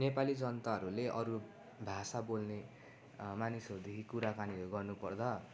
नेपाली जनताहरूले अरू भाषा बोल्ने मानिसहरूदेखि कुराकानीहरू गर्नु पर्दा